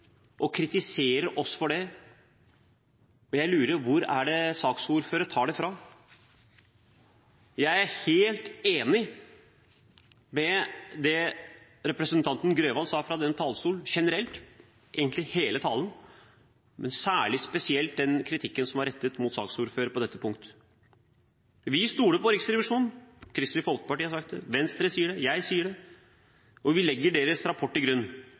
og kritiserer oss for det. Jeg lurer på hvor saksordføreren tar det fra. Jeg er helt enig i det representanten Grøvan sa fra denne talerstolen, generelt egentlig i hele talen, men spesielt i den kritikken som var rettet mot saksordføreren på dette punktet. Vi stoler på Riksrevisjonen. Kristelig Folkeparti har sagt det, Venstre og jeg sier det. Vi legger deres rapport til grunn.